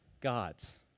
God's